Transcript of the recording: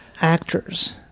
actors